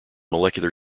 molecular